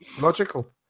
Logical